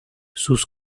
sus